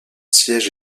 siège